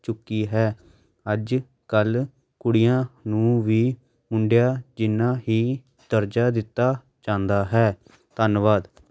ਚੁੱਕੀ ਹੈ ਅੱਜ ਕੱਲ੍ਹ ਕੁੜੀਆਂ ਨੂੰ ਵੀ ਮੁੰਡਿਆਂ ਜਿੰਨਾ ਹੀ ਦਰਜਾ ਦਿੱਤਾ ਜਾਂਦਾ ਹੈ ਧੰਨਵਾਦ